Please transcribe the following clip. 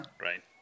Right